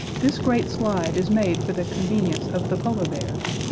this great slide is made for the convenience of the polar bears,